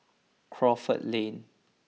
Crawford Lane